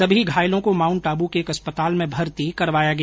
सभी घायलों को माउंट आबू के एक अस्पताल में भर्ती करवाया गया